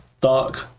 dark